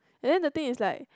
and then the thing is like